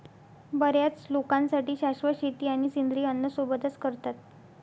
बर्याच लोकांसाठी शाश्वत शेती आणि सेंद्रिय अन्न सोबतच करतात